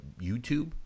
YouTube